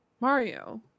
Mario